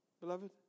beloved